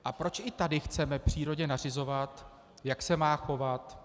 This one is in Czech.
A proč i tady chceme přírodě nařizovat, jak se má chovat?